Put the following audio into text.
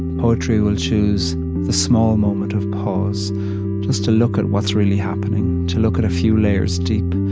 poetry will choose the small moment of pause, just to look at what's really happening, to look at a few layers deep,